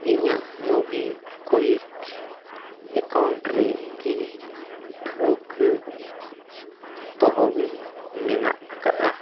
ᱤᱧᱟᱹᱜ ᱨᱮᱠᱤ ᱴᱷᱟᱹᱣᱠᱟᱹ ᱛᱚᱦᱚᱵᱤᱞ ᱢᱮᱱᱟᱜ ᱟᱠᱟᱫᱼᱟ